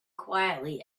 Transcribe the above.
quietly